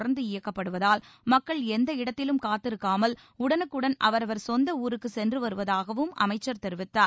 தொடர்ந்து இயக்கப்படுவதால் மக்கள் எந்த இடத்திலும் மேலும் சிறப்புப் பேருந்துகள் காத்திருக்காமல் உடனுக்குடன் அவரவர் சொந்த ஊருக்கு சென்று வருவதாகவும் அமைச்சர் தெரிவித்தார்